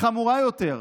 חמורה יותר,